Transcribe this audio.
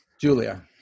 Julia